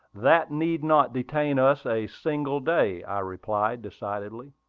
that need not detain us a single day, i replied, decidedly.